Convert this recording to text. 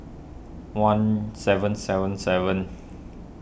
one seven seven seven